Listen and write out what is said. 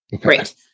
Great